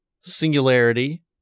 Singularity